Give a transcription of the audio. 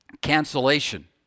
Cancellation